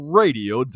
radio